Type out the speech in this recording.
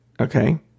Okay